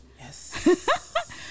Yes